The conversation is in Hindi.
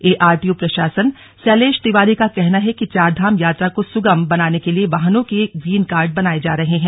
एआरटीओ प्रशासन शैलेश तिवारी का कहना है कि चारधाम यात्रा को सुगम बनाने के लिए वाहनों के ग्रीन कार्ड बनाये जा रहे हैं